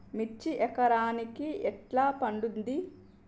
మిర్చి ఎకరానికి ఎట్లా పండుద్ధి?